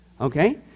okay